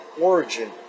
origin